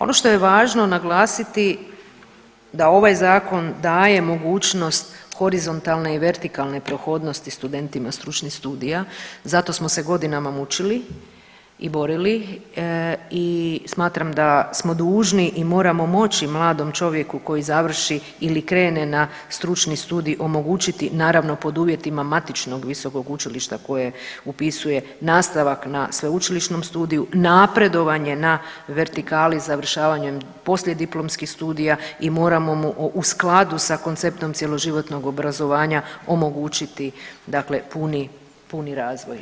Ono što je važno naglasiti da ovaj Zakon daje mogućnost horizontalne i vertikalne prohodnosti studentima stručnih studija, zato smo se godinama mučili i borili i smatram da smo dužni i moramo moći mladom čovjeku koji završi ili krene na stručni studij, omogućiti, naravno pod uvjetima matičnog visokog učilišta koje upisuje nastavak na sveučilišnom studiju, napredovanje na vertikali završavanjem poslijediplomskih studija i moramo mu u skladu sa konceptom cjeloživotnog obrazovanja omogućiti dakle puni razvoj.